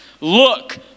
look